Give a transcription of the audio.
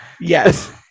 yes